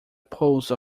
pulse